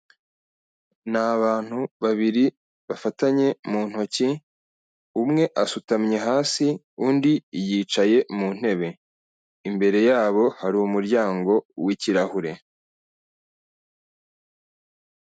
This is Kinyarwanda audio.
Ni abantu babiri bafatanye mu ntoki, umwe asutamye hasi, undi yicaye mu ntebe, imbere yabo hari umuryango w'ikirahure.